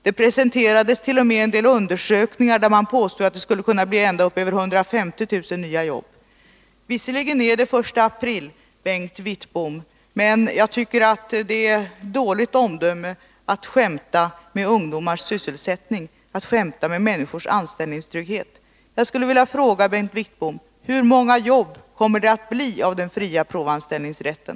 Det presenterades t.o.m. en del undersökningar där man påstod att det skulle kunna bli upp till 150 000 nya jobb. Visserligen är det den 1 april, Bengt Wittbom, men jag tycker att det är dåligt omdöme att skämta med ungdomars sysselsättning, att skämta med människors anställningstrygghet. Jag skulle vilja fråga Bengt Wittbom: Hur många jobb kommer det att bli av den fria provanställningsrätten?